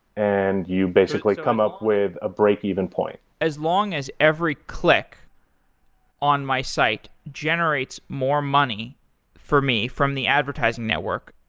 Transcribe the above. and you basically come up with a breakeven point as long as every click on my site generates more money for me from the advertising network,